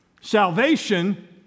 salvation